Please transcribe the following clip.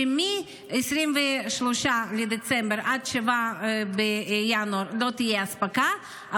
שמ-23 בדצמבר עד 7 בינואר לא תהיה אספקה,